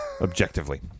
Objectively